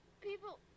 People